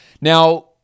Now